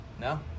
No